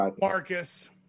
Marcus